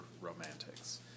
Romantics